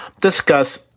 discuss